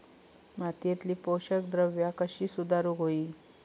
मातीयेतली पोषकद्रव्या कशी सुधारुक होई?